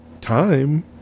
Time